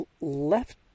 Left